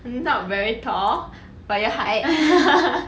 not very tall but your height